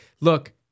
Look